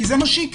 כי זה מה שיקרה,